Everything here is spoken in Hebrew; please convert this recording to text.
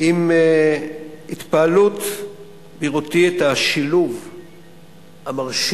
עם התפעלות בראותי את השילוב המרשים